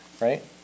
right